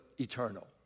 eternal